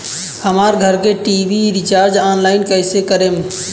हमार घर के टी.वी रीचार्ज ऑनलाइन कैसे करेम?